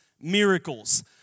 miracles